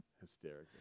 hysterical